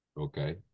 Okay